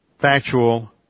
factual